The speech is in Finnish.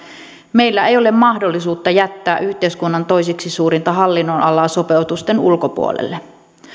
meillä ei ole mahdollisuutta jättää yhteiskunnan toiseksi suurinta hallinnonalaa sopeutusten ulkopuolelle